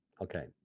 okay